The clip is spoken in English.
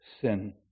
sin